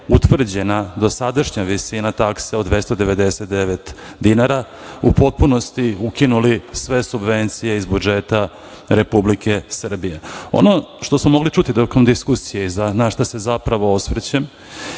utvrđena dosadašnja visina takse od 299 dinara u potpunosti ukinuli sve subvencije iz budžeta Republike Srbije. Ono što smo mogli čuti tokom diskusije, na šta se zapravo osvrćem,